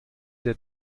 der